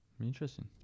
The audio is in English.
Interesting